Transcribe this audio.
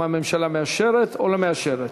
אם הממשלה מאשרת או לא מאשרת.